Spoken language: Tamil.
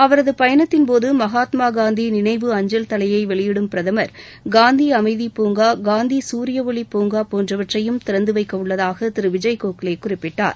அவரது பயணத்தின்போது மகாத்மா காந்தி நினைவு அஞ்சல் தலை வெளியிடும் பிரதமா் காந்தி அமைதி பூங்கா காந்தி சூரிய ஒளி பூங்கா போன்றவற்றையும் திறந்து வைக்க உள்ளதாக திரு விஜய் கோக்லே குறிப்பிட்டாள்